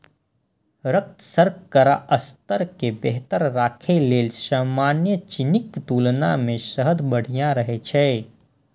रक्त शर्करा स्तर कें बेहतर राखै लेल सामान्य चीनीक तुलना मे शहद बढ़िया रहै छै